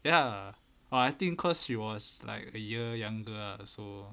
ya or I think cause she was like a year younger so